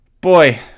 Boy